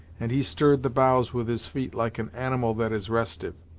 and he stirred the boughs with his feet like an animal that is restive.